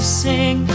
sing